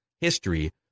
history